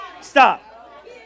Stop